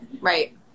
Right